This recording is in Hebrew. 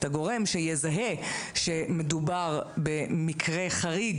שיזהה שמדובר במקרה חריג,